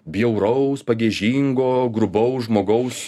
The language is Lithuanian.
bjauraus pagiežingo grubaus žmogaus